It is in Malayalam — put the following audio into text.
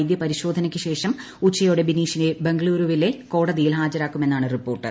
വൈദ്യപരിശോധനയ്ക്ക് ശേഷം ഉച്ചയോടെ ബിനീഷിനെ ബംഗളുരുവിലെ കോടതിയിൽ ഹാജരാക്കുമെന്നാണ് റിപ്പോർട്ട്